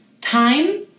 time